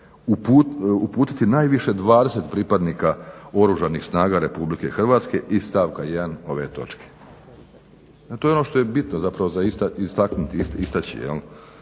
uputiti najviše 20 pripadnika Oružanih snaga Republike Hrvatske iz stavka 1. ove točke. To je ono što je bitno zapravo za istaknuti, istaći